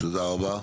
תודה רבה.